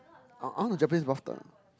I I want the Japanese bath tub